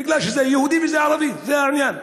בגלל שזה יהודי וזה ערבי, זה העניין.